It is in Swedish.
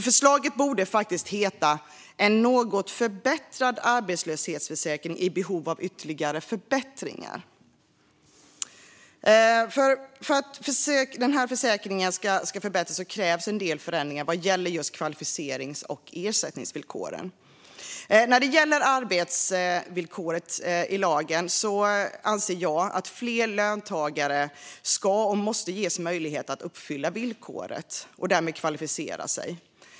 Förslaget borde alltså egentligen beskrivas som "en något förbättrad arbetslöshetsförsäkring i behov av ytterligare förbättringar". För att försäkringen ska förbättras krävs en del förändringar vad gäller kvalificerings och ersättningsvillkoren. När det gäller arbetsvillkoret i lagen anser jag att fler löntagare ska och måste ges möjlighet att uppfylla villkoret och därmed kvalificera sig.